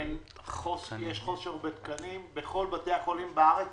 יש חוסר בתקנים בכל בתי החולים בארץ,